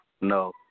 No